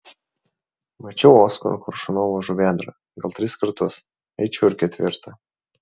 mačiau oskaro koršunovo žuvėdrą gal tris kartus eičiau ir ketvirtą